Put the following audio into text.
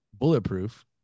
Bulletproof